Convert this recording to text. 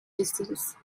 disease